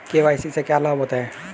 KYC से क्या लाभ होता है?